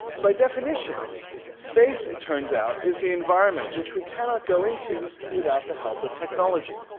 by definition space it turns out is the environment which we cannot go into without the help of technology.